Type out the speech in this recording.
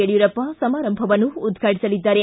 ಯಡಿಯೂರಪ್ಪ ಸಮಾರಂಭವನ್ನು ಉದ್ಘಾಟಿಸಲಿದ್ದಾರೆ